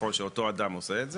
כביכול שאותו אדם עושה את זה.